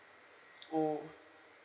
oh